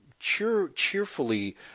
Cheerfully